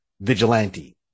vigilante